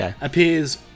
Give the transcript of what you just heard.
appears